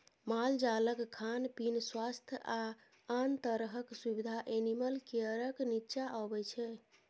मालजालक खान पीन, स्वास्थ्य आ आन तरहक सुबिधा एनिमल केयरक नीच्चाँ अबै छै